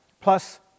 plus